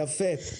יפה.